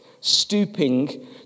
stooping